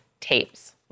tapes